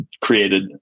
created